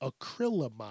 acrylamide